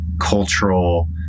cultural